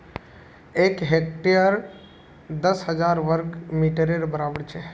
एक हेक्टर दस हजार वर्ग मिटरेर बड़ाबर छे